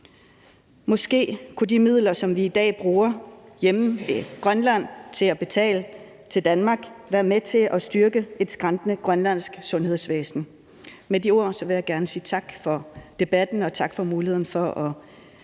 Måske kunne de midler, som vi i dag bruger hjemme i Grønland til at betale til Danmark, være med til at styrke et skrantende grønlandsk sundhedsvæsen. Med det vil jeg gerne sige tak for debatten og tak for muligheden for at